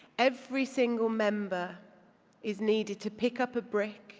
every single member is needed to pick up a brick